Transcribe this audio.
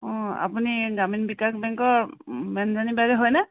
অঁ আপুনি গ্ৰামীণ বিকাশ বেংকৰ বেঞ্জনীবাইদেউ হয়নে